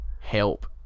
help